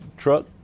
truck